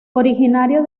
originario